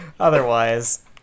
Otherwise